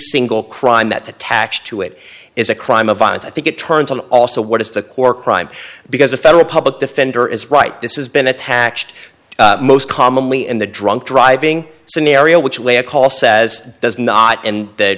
single crime that attached to it is a crime of violence i think it turns on also what is the core crime because a federal public defender is right this has been attached most commonly in the drunk driving scenario which way a call says does not and th